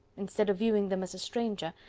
instead of viewing them as a stranger,